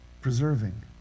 preserving